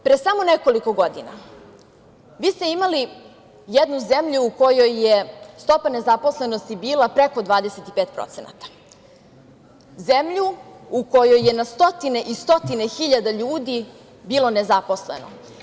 Pre samo nekoliko godina vi ste imali jednu zemlju u kojoj je stopa nezaposlenosti bila preko 25%, zemlju u kojoj je na stotine i stotine hiljada ljudi bilo nezaposleno.